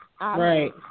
Right